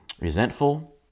resentful